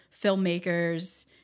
filmmakers